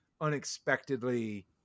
unexpectedly